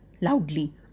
loudly